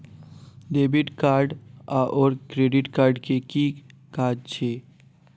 Debit card आओर credit card केँ की काज छैक?